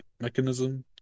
mechanism